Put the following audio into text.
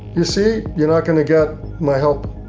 you see, you're not going to get my help.